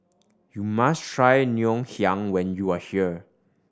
you must try Ngoh Hiang when you are here